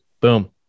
Boom